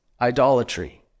idolatry